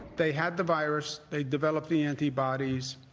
they had the virus. they developed the antibodies,